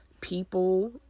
people